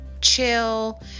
chill